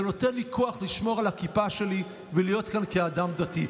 זה נותן לי כוח לשמור על הכיפה שלי ולהיות כאן כאדם דתי.